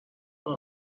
برا